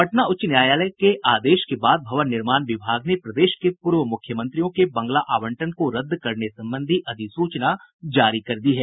पटना उच्च न्यायालय के आदेश के बाद भवन निर्माण विभाग ने प्रदेश के पूर्व मुख्यमंत्रियों के बंगला आवंटन को रद्द करने संबंधी अधिसूचना जारी कर दी है